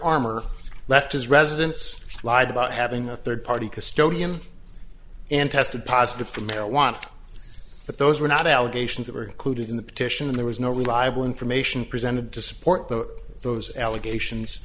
armor left his residence lied about having a third party custodian and tested positive for marijuana but those were not allegations that were included in the petition and there was no reliable information presented to support the those allegations